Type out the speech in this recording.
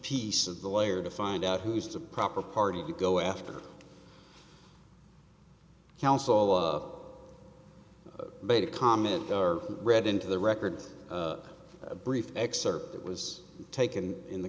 piece of the lawyer to find out who's the proper party to go after council made a comment or read into the record a brief excerpt that was taken in the